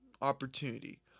Opportunity